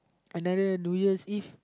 another New Year's Eve